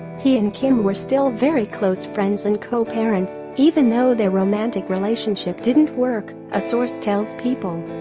he and kim were still very close friends and co-parents even though their romantic relationship didn't work, a source tells people